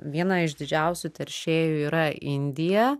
viena iš didžiausių teršėjų yra indija